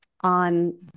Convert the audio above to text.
on